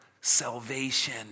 salvation